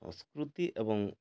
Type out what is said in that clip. ସଂସ୍କୃତି ଏବଂ